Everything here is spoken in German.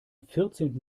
vierzehnten